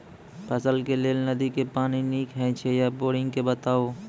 फसलक लेल नदी के पानि नीक हे छै या बोरिंग के बताऊ?